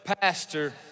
pastor